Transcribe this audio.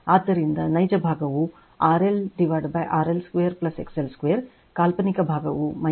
ಆದ್ದರಿಂದ ನೈಜ ಭಾಗವು RLRL2 XL2 ಕಾಲ್ಪನಿಕ ಭಾಗವು XLRL XL2 ಆಗಿದೆ